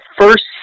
first